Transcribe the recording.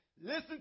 listen